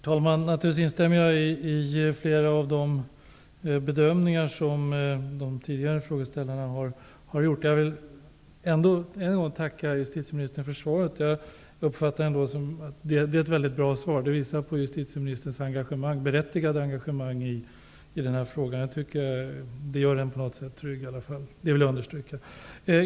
Herr talman! Naturligtvis instämmer jag i flera av de bedömningar som de tidigare frågeställarna har gjort. Även jag vill tacka justitieministern för svaret. Det är ett väldigt bra svar, som visar på justitieministerns berättigade engagemang i denna fråga. Det gör en avsevärt trygg; det vill jag understryka.